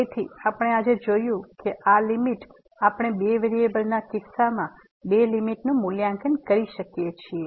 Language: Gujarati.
તેથી આપણે આજે જોયું કે આ લીમીટ આપણે બે વેરીએબલ ના કિસ્સામાં બે લીમીટનું મૂલ્યાંકન કરી શકીએ છીએ